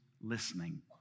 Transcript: listening